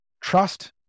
Trust